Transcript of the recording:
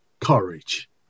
courage